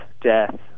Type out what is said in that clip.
death